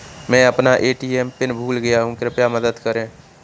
मैं अपना ATM PIN भूल गया हूँ, कृपया मदद करें